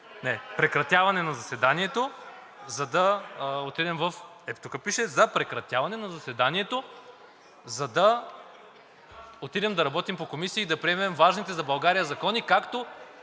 За прекратяване на заседанието, за да отидем в… (Шум и реплики.) Ето тук пише: „За прекратяване на заседанието“, за да отидем да работим по комисии и да приемем важните за България закони, като